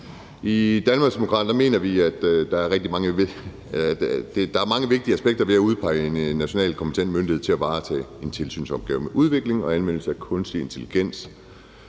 mener vi, at der er mange vigtige aspekter ved at udpege en national kompetent myndighed til at varetage en tilsynsopgave med udviklingen og anvendelsen af kunstig intelligens,